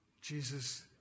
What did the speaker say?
Jesus